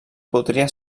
podria